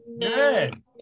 good